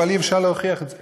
אבל אי-אפשר להוכיח את זה.